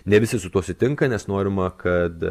ne visi su tuo sutinka nes norima kad